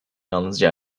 yalnızca